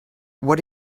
what